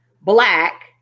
Black